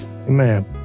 Amen